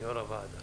יו"ר הוועדה.